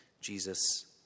Jesus